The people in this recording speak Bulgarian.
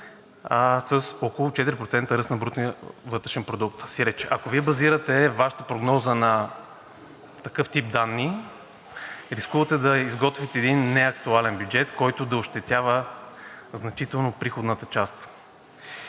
с около 4% ръст на брутния вътрешен продукт. Тоест, ако Вие базирате Вашата прогноза на такъв тип данни, рискувате да изготвите един неактуален бюджет, който да ощетява значително приходната част.